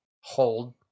hold